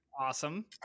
Awesome